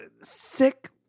sick